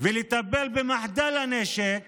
לטפל במחדל הנשק